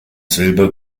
silber